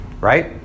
Right